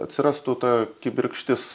atsirastų ta kibirkštis